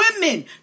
women